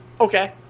Okay